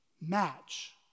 match